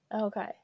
Okay